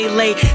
late